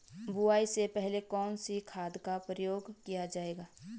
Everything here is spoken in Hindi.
बुआई से पहले कौन से खाद का प्रयोग किया जायेगा?